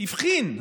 הפגנות,